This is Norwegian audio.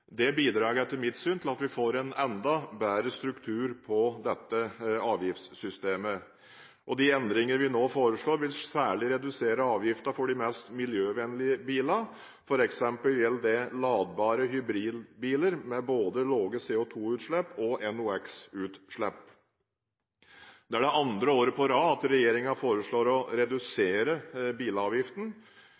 Det bidrar etter mitt syn til at vi får en enda bedre struktur på dette avgiftssystemet. De endringene vi nå foreslår, vil særlig redusere avgiftene for de mest miljøvennlige bilene, f.eks. gjelder det ladbare hybridbiler med både lave CO2-utslipp og lave NOx-utslipp. Det er andre året på rad at regjeringen foreslår å redusere